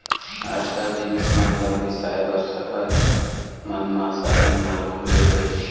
आजकाल जिनिस मन ल बिसाए बर सहर मन म सॉपिंग माल खुले हे